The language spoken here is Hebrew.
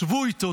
שבו איתו,